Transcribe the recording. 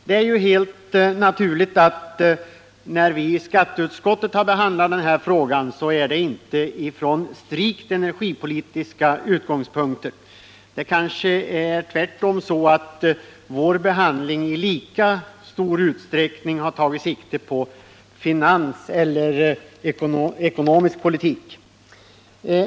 Det är helt naturligt att när vi i skatteutskottet har behandlat den här frågan har det gjorts inte enbart från strikt energipolitiska utgångspunkter; tvärtom har vår behandling i kanske lika stor utsträckning tagit sikte på ekonomisk politik.